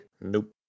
Nope